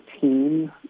team